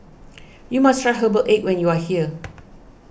you must try Herbal Egg when you are here